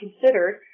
considered